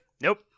Nope